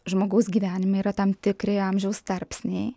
žmogaus gyvenime yra tam tikri amžiaus tarpsniai